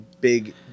big